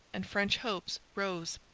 and french hopes rose.